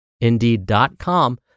Indeed.com